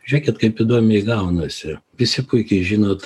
žiūrėkit kaip įdomiai gaunasi visi puikiai žinot